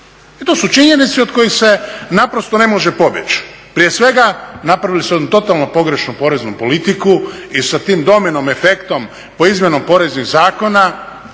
I to su činjenice od kojih se naprosto ne može pobjeći, prije svega napravili su jednu totalnu pogrešnu poreznu politiku i sa tim domino efektom po izmjenom poreznih zakona